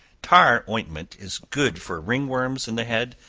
tar ointment is good for ringworms in the head,